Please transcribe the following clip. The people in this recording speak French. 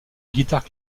guitare